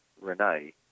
Renee